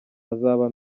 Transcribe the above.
azaba